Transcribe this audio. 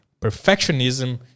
Perfectionism